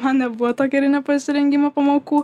man nebuvo to karinio pasirengimo pamokų